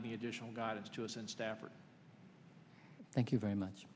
any additional guidance to us in stafford thank you very much